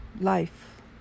life